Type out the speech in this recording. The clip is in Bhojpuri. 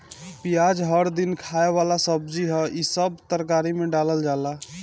पियाज हर दिन खाए वाला सब्जी हअ, इ सब तरकारी में डालल जाला